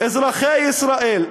אזרחי ישראל,